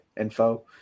info